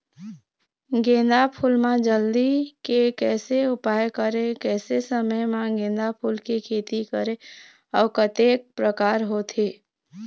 गेंदा फूल मा जल्दी के कैसे उपाय करें कैसे समय मा गेंदा फूल के खेती करें अउ कतेक प्रकार होथे?